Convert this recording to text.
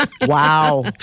Wow